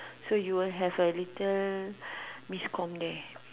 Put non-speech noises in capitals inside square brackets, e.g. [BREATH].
so you will have a little [BREATH] miscommunication there